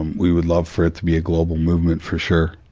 and we would love for it to be a global movement for sure,